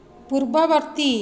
ପୂର୍ବବର୍ତ୍ତୀ